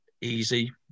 easy